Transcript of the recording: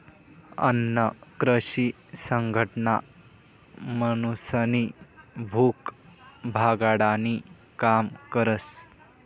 अन्न कृषी संघटना माणूसनी भूक भागाडानी काम करस